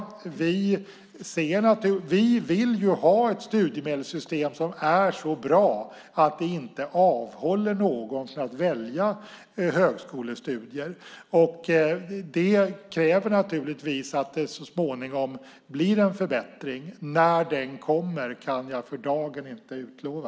Vi vill ha ett studiemedelssystem som är så bra att det inte avhåller någon från att välja högskolestudier. Det kräver naturligtvis att det så småningom blir en förbättring. När den kommer kan jag för dagen inte utlova.